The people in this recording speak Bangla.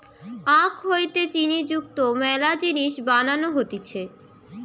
আখ হইতে চিনি যুক্ত মেলা জিনিস বানানো হতিছে